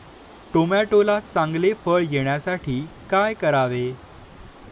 टोमॅटोला चांगले फळ येण्यासाठी काय करावे?